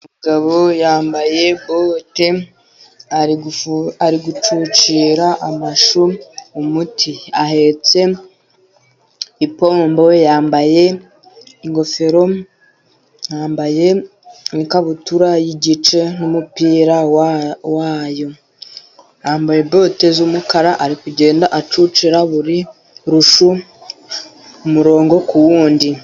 Umugabo yambaye bote ari gucucira amashu umuti, ahetse ipombo yambaye ingofero, yambaye ikabutura yigice n'umupira wayo, yambaye bote z'umukara ari kugenda acucira buri shu umurongo ku wundi.